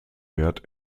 wert